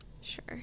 Sure